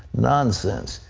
nonsense.